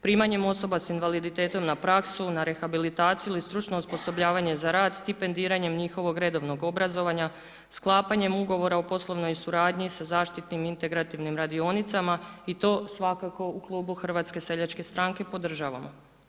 Primanjem osoba s invaliditetom na praksu, na rehabilitaciju ili stručno osposobljavanje za rad, stipendiranjem njihovog redovnog obrazovanja, sklapanjem ugovora o poslovnoj suradnji sa zaštitnim, integrativnim radionicama i to svakako u Klubu Hrvatske seljačke stranke podržavamo.